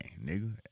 nigga